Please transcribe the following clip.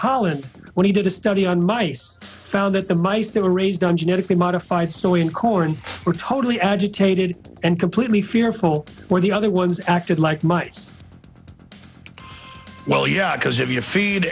holland when he did a study on mice found that the mice that were raised on genetically modified so in corn were totally agitated and completely fearful where the other ones acted like mice well yeah because of your fee